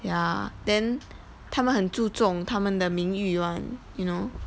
ya then 他们很注重他们的名誉 [one] you know